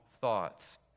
thoughts